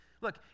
Look